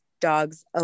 dogs